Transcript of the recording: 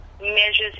measures